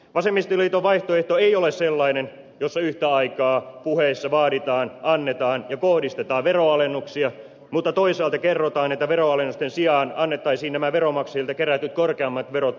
vasemmistoliiton vaihtoehto ei ole sellainen jossa yhtä aikaa puheissa vaaditaan annetaan ja kohdistetaan veronalennuksia mutta toisaalta kerrotaan että veronalennusten sijaan annettaisiin nämä veronmaksajilta kerätyt korkeammat verot kunnille